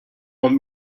want